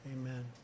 amen